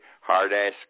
hard-ass